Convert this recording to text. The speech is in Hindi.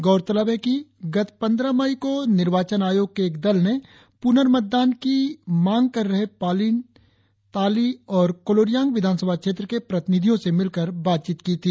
गौरतलब है कि गत पंद्रह मई को निर्वाचन आयोग के एक दल ने प्रनर्मतदान की मांग कर रहे पालिन ताली और कोलोरियांग विधानसभा क्षेत्र के प्रतिनिधियों से मिलकर बातचीत की थी